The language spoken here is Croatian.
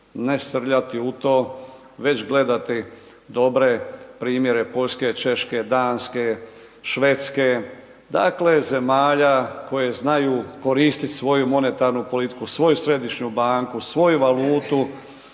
ne srljati u to, već gledati dobre primjere Poljske, Češke, Danske, Švedske, dakle zemalja koje znaju koristiti svoju monetarnu politiku, svoju središnju banku, svoju valutu